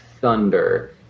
thunder